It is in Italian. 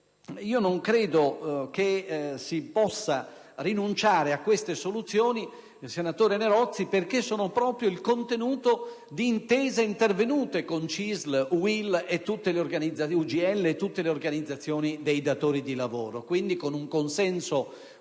Non credo che si possa rinunciare a queste soluzioni, senatore Nerozzi, perché sono il contenuto di intese intervenute con CISL, UIL, UGL e con tutte le organizzazioni dei datori di lavoro, quindi, con un consenso molto